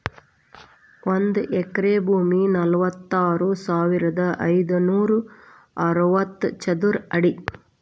ಒಂದ ಎಕರೆ ಭೂಮಿ ನಲವತ್ಮೂರು ಸಾವಿರದ ಐದನೂರ ಅರವತ್ತ ಚದರ ಅಡಿ